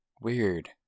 Weird